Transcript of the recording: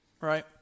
Right